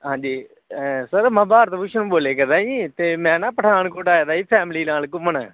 ਹਾਂਜੀ ਸਰ ਮੈਂ ਭਾਰਤ ਭੂਸ਼ਨ ਬੋਲਿਆ ਕਰਦਾ ਜੀ ਅਤੇ ਮੈਂ ਨਾ ਪਠਾਨਕੋਟ ਆਇਆ ਤਾ ਜੀ ਫੈਮਲੀ ਨਾਲ ਘੁੰਮਣ